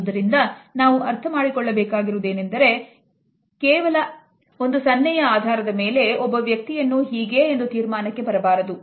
ಆದುದರಿಂದ ನಾವು ಅರ್ಥಮಾಡಿಕೊಳ್ಳಬೇಕಾಗಿದೆ ಅದು ಏನೆಂದರೆ ಕೇವಲ 10 ಆಧಾರದ ಮೇಲೆ ಯಾವ ಒಬ್ಬ ವ್ಯಕ್ತಿಯನ್ನು ಹೀಗೆ ಎಂದು ತೀರ್ಮಾನಕ್ಕೆ ಬರಬಾರದು